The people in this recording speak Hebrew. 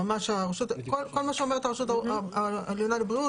כל מה שאומרת הרשות העליונה לבריאות,